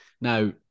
Now